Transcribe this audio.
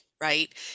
right